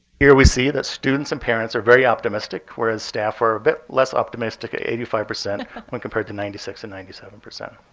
here we see that students and parents are very optimistic, whereas staff are less optimistic at eighty five percent when compared to ninety six and ninety seven.